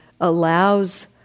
allows